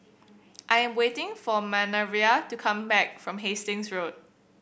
I am waiting for Manervia to come back from Hastings Road